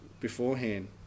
beforehand